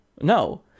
No